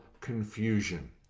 confusion